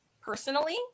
personally